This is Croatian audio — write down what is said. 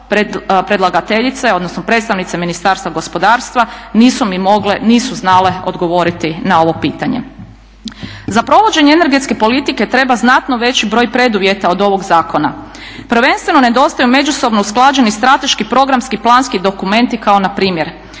predlagateljica je, odnosno predstavnice Ministarstva gospodarstva nisu mi mogle, nisu znale odgovoriti na ovo pitanje. Za provođenje energetske politike treba znatno veći broj preduvjeta od ovog zakona. Prvenstveno nedostaju međusobno usklađeni strateški programski planski dokumenti kao na primjer